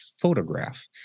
photograph